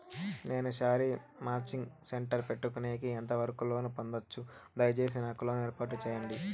నేను sari matching centre పెట్టుకునేకి ఎంత వరకు లోను పొందొచ్చు? దయసేసి నాకు లోను ఏర్పాటు సేయండి?